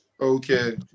Okay